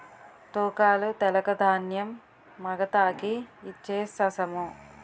తూకాలు తెలక ధాన్యం మగతాకి ఇచ్ఛేససము